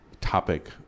topic